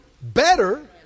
better